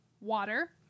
water